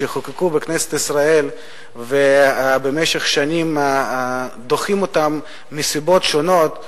שחוקקו בכנסת ישראל ובמשך שנים דוחים אותם מסיבות שונות.